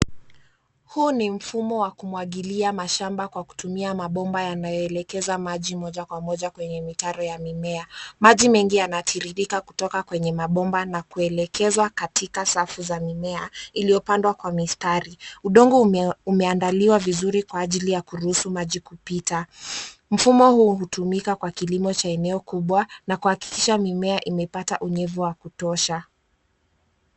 Huu ni mfumo wa kumwagilia mashamba kwa kutumia mabomba yanayoelekeza maji moja kwa moja kwenye mitaro ya mimea. Maji mengi yanatiririka kutoka kwenye mabomba na kuelekezwaa katika safu za mimea iliyopandwa kwa mistari. Udongo umeandaliwa vizuri kwa ajili ya kuruhusu maji kupita. Mfumo huu hutumika kwa kilimo cha eneo kubwa na kuhakikisha mimea imepata unyevu wa kutosha.